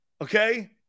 Okay